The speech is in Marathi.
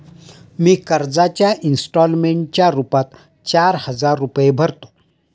मी कर्जाच्या इंस्टॉलमेंटच्या रूपात चार हजार रुपये भरतो